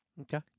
Okay